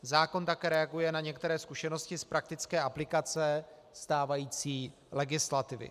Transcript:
Zákon také reaguje na některé zkušenosti z praktické aplikace stávající legislativy.